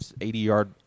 80-yard